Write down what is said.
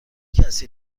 کسی